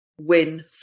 win